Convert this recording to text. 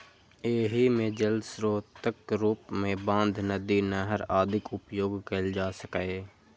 एहि मे जल स्रोतक रूप मे बांध, नदी, नहर आदिक उपयोग कैल जा सकैए